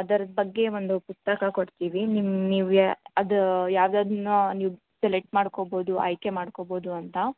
ಅದರ ಬಗ್ಗೆ ಒಂದು ಪುಸ್ತಕ ಕೊಡ್ತೀವಿ ನಿಮ್ ನೀವು ಯಾ ಅದು ಯಾವ್ಯಾವ್ದನ್ನು ನೀವು ಸೆಲೆಕ್ಟ್ ಮಾಡ್ಕೋಬೋದು ಆಯ್ಕೆ ಮಾಡ್ಕೋಬೋದು ಅಂತ